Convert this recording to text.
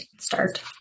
start